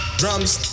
drums